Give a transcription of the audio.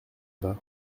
bas